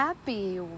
happy